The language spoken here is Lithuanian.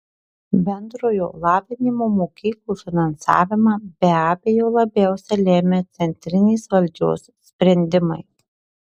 bendrojo lavinimo mokyklų finansavimą be abejo labiausiai lemia centrinės valdžios sprendimai